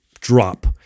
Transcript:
drop